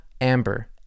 amber